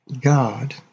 God